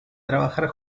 trabajar